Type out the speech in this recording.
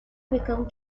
become